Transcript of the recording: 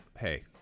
hey